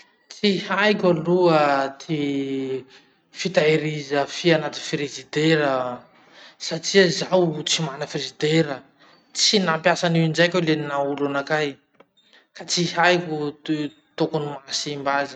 Tsy haiko aloha ty fitahiriza fia anaty frizidera satria zaho tsy mana frizidera. Tsy nampiasa anio indraiky aho liany naha olo anakahy, ka tsy haiko ti- tokony mahasimba azy.